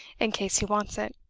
in case he wants it.